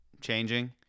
changing